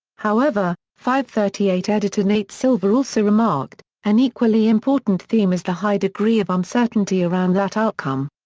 however, fivethirtyeight editor nate silver also remarked, an equally important theme is the high degree of uncertainty around that outcome.